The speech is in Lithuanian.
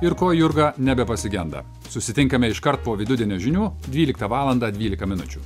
ir ko jurga nebepasigenda susitinkame iškart po vidudienio žinių dvyliktą valandą dvylika minučių